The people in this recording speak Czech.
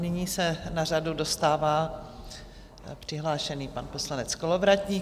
Nyní se na řadu dostává přihlášený pan poslanec Kolovratník.